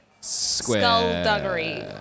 Skullduggery